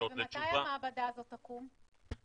ומתי המעבדה הזאת תקום?